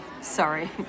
sorry